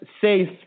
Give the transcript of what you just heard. Safe